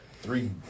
three